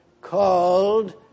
called